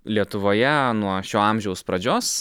lietuvoje nuo šio amžiaus pradžios